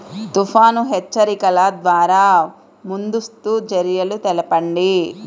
తుఫాను హెచ్చరికల ద్వార ముందస్తు చర్యలు తెలపండి?